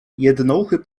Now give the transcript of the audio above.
jednouchy